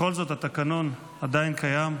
בכל זאת התקנון עדיין קיים.